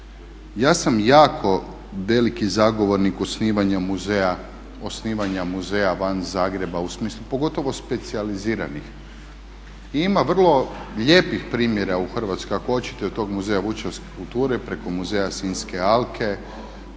Ja sam jako veliki zagovornik osnivanja muzeja van Zagreba u smislu, pogotovo specijaliziranih. I ima vrlo lijepih primjera u Hrvatskoj ako hoćete od tog muzeja vučedolske kulture preko Muzeja Sinjske alke,